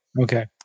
Okay